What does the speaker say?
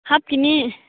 ꯍꯥꯞꯀꯤꯅꯤ